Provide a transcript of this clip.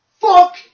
Fuck